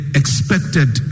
expected